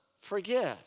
forgive